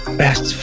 best